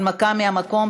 הנמקה מהמקום.